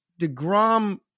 DeGrom